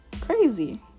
crazy